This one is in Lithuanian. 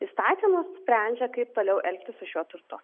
įstatymą sprendžia kaip toliau elgtis su šiuo turtu